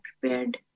prepared